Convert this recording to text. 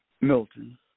Milton